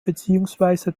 beziehungsweise